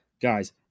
Guys